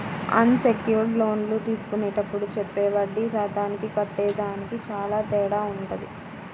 అన్ secured లోన్లు తీసుకునేప్పుడు చెప్పే వడ్డీ శాతానికి కట్టేదానికి చానా తేడా వుంటది